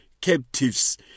captives